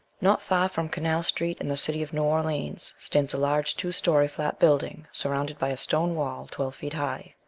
not far from canal-street, in the city of new orleans, stands a large two story flat building surrounded by a stone wall twelve feet high,